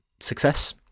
success